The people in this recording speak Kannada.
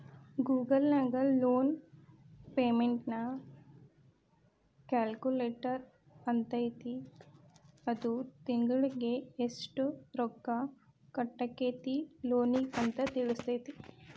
ಗೂಗಲ್ ನ್ಯಾಗ ಲೋನ್ ಪೆಮೆನ್ಟ್ ಕ್ಯಾಲ್ಕುಲೆಟರ್ ಅಂತೈತಿ ಅದು ತಿಂಗ್ಳಿಗೆ ಯೆಷ್ಟ್ ರೊಕ್ಕಾ ಕಟ್ಟಾಕ್ಕೇತಿ ಲೋನಿಗೆ ಅಂತ್ ತಿಳ್ಸ್ತೆತಿ